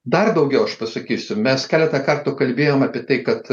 dar daugiau aš pasakysiu mes keletą kartų kalbėjom apie tai kad